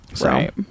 right